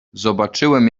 zobaczyłem